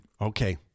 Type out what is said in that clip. Okay